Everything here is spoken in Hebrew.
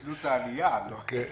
ביטלו את העלייה להר מירון.